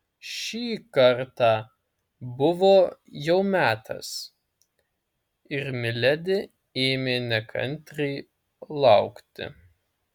šį kartą buvo jau metas ir miledi ėmė nekantriai laukti